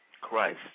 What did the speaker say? Christ